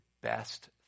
best